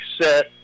set